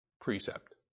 Precept